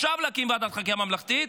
להקים עכשיו ועדת חקירה ממלכתית.